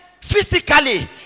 physically